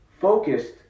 focused